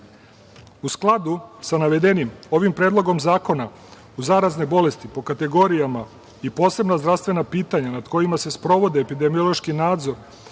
skladu sa navedenim, ovim predlogom zakona u zarazne bolesti, po kategorijama i posebna zdravstvena pitanja nad kojima se sprovode epidemiološki nadzor